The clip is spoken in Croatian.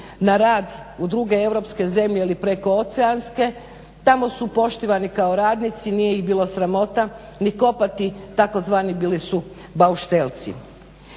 na rad u druge europske zemlje ili prekooceanske. Tamo su poštivani kao radnici, nije ih bilo sramota ni kopati tzv. bili su bauštelci.